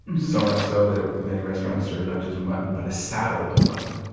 so much so that ah many restaurants served not just mutton, but a saddle of mutton,